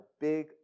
big